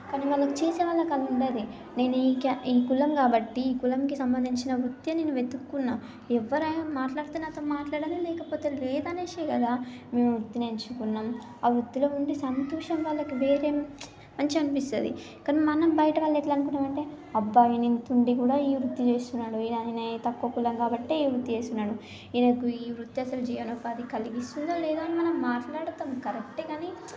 కానీ వాళ్లకు చేసే వాళ్లకు అలా ఉండదే నేను ఈ క్యా కులం కాబట్టి ఈ కులానికి సంబంధించిన వృత్తినే నేను వెతుక్కున్నాను ఎవ్వరైనా నాతో మాట్లాడితే మాట్లాడాలి లేకపోతే లేదు అనేసి కదా ఈ వృత్తిని ఎంచుకున్నాం ఆ వృత్తిలో ఉండే సంతోషం వాళ్లకి వేరే మంచిగా అనిపిస్తుంది కానీ మనం బయట వాళ్ళు ఎట్లా అనుకున్నాం అంటే అబ్బా ఈయన ఇంత ఉండి కూడా ఈ వృత్తి చేస్తున్నాడు ఆయన తక్కువ కులం కాబట్టే ఈ వృత్తి చేస్తున్నాడు ఈయనకు ఈ వృత్తి అసలు జీవనోపాధి కలిగిస్తుందో లేదా అని మనం మాట్లాడుతాం కరెక్ట్ కానీ